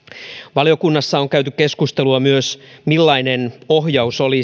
valiokunnassa on käyty keskustelua myös siitä millainen ohjaus olisi